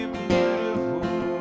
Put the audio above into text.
beautiful